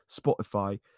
Spotify